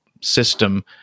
system